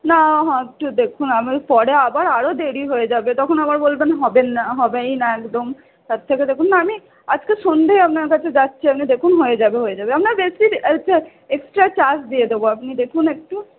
না আপনি দেখুন আমি পরে আবার আরও দেরি হয়ে যাবে তখন আবার বলবেন হবেন না হবেই না একদম তার থেকে দেখুন না আমি আজকে সন্ধ্যেই আপনার কাছে যাচ্ছি আপনি দেখুন হয়ে যাবে হয়ে যাবে আপনার বেশি আচ্ছা এক্সট্রা চার্জ দিয়ে দেবো আপনি দেখুন একটু